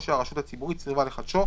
או שהרשות הציבורית סירבה לחדשו,